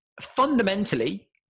fundamentally